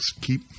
keep